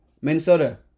Minnesota